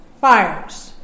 Fires